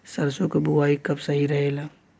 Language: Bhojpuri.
सरसों क बुवाई कब सही रहेला?